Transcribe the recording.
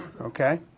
okay